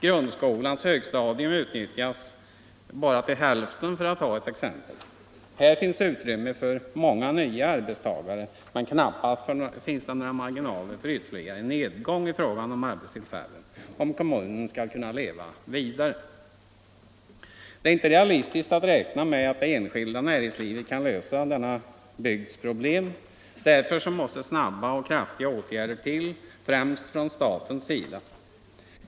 Grundskolans högstadium utnyttjas bara till hälften, för att ta ett exempel. Här finns utrymme för många nya arbetstagare men knappast några marginaler för ytterligare nedgång i fråga om arbetstillfällen, om kommunen skall kunna leva vidare. Det är inte realistiskt att räkna med att det enskilda näringslivet kan lösa denna bygds problem. Därför måste snabba och kraftiga åtgärder till, främst från statens sida.